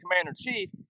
Commander-in-Chief